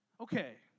Okay